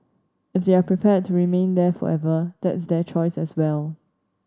if they are prepared to remain there forever that's their choices as well